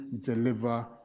deliver